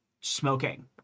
smoking